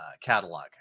catalog